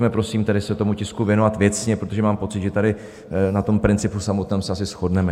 Pojďme prosím tedy se tomu tisku věnovat věcně, protože mám pocit, že tady na tom principu samotném se asi shodneme.